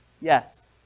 Yes